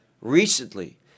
recently